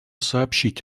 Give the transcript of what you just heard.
сообщить